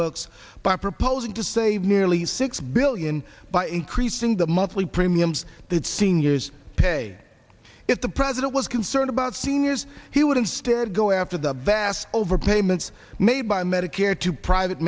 pocketbooks by proposing to save nearly six billion by increasing the monthly premiums that seniors pay if the president was concerned about seniors he would instead go after the vast over payments made by medicare to private